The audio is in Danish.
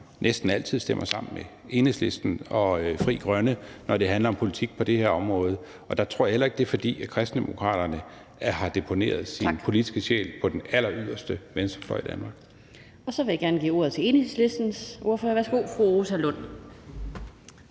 næsten altid stemmer sammen med Enhedslisten og Frie Grønne, når det handler om politik på det her område, og der tror jeg heller ikke, det er, fordi Kristendemokraterne har deponeret sin politiske sjæl på den alleryderste venstrefløj i Danmark. Kl. 12:08 Den fg. formand (Annette Lind): Så vil jeg gerne give ordet til Enhedslistens ordfører. Værsgo, fru Rosa Lund.